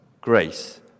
grace